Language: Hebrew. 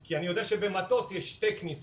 כי אני יודע שבמטוס יש שתי כניסות.